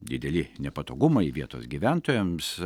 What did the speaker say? dideli nepatogumai vietos gyventojams